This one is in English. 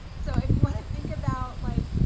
so if you wanna think about like,